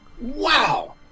Wow